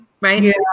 right